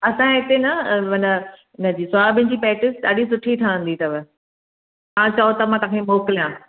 असांजे हिते न माना हुनजी सोयाबीन जी पेटिस ॾाढी सुठी ठहंदी अथव तव्हां चयो त मां तव्हांखे मोकिलियां